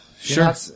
sure